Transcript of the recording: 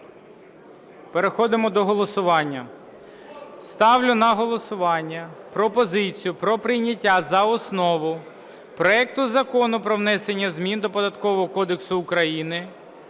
Переходимо до голосування. Ставлю на голосування пропозицію про прийняття за основу проект Закону про внесення змін до